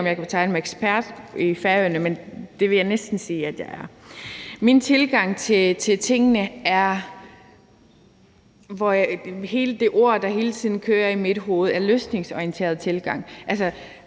Jeg ved heller ikke, om jeg kan betegne mig selv som ekspert i Færøerne, men det vil jeg næsten sige at jeg er. I min tilgang til tingene er de ord, der hele tiden kører i mit hoved, en løsningsorienteret tilgang.